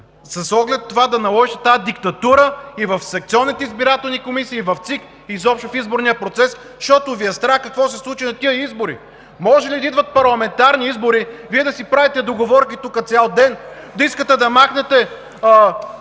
С оглед това да наложите тази диктатура и в секционните избирателни комисии, и в ЦИК – изобщо в изборния процес, защото Ви е страх какво ще се случи на тези избори. Може ли да идват парламентарни избори, Вие да си правите договорки тук цял ден, да искате да махнете